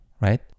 right